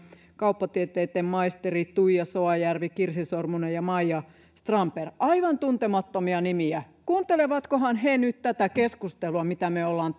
kauppatieteitten maisterit tuija soanjärvi kirsi sormunen ja maija strandberg aivan tuntemattomia nimiä kuuntelevatkohan he nyt tätä keskustelua mitä me olemme